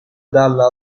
dalla